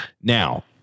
Now